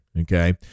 Okay